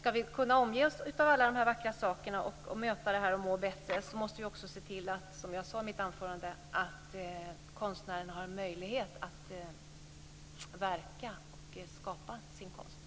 Ska vi kunna omge oss med vackra saker, möta behoven och må bättre, måste vi, som jag sade i mitt anförande, se till att konstnärerna har en möjlighet att skapa sin konst.